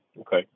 Okay